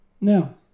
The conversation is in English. Now